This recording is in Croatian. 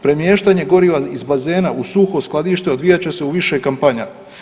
Premještanje goriva iz bazena u suho skladište odvijat će se u više kampanja.